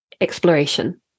exploration